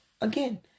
Again